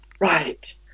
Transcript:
right